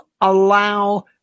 allow